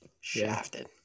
Shafted